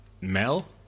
Mel